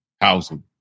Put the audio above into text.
housing